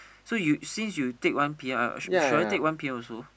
so you since you take one P_M right I should I take one P_M also